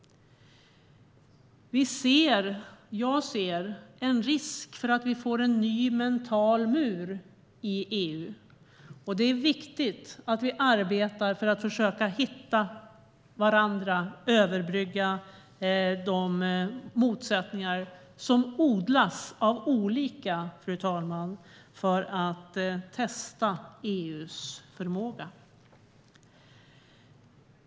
Jag ser en risk för att vi får en ny mental mur i EU. Det är viktigt att vi arbetar för att försöka hitta varandra, överbrygga de motsättningar som odlas av olika för att testa EU:s förmåga.